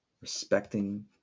respecting